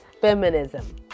Feminism